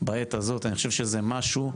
בעת הזאת, אני חושב שזה משהו,